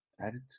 Attitude